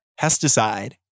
pesticide